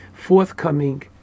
forthcoming